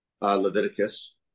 Leviticus